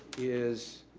is,